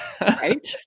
Right